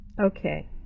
Okay